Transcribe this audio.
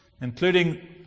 including